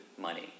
money